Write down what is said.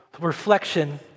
reflection